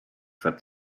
that